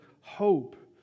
hope